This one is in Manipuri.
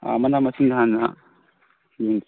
ꯑꯥ ꯃꯅꯥ ꯃꯁꯤꯡ ꯍꯥꯟꯅ ꯎꯝ